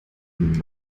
ihn